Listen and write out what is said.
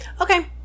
Okay